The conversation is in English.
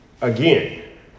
again